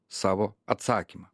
savo atsakymą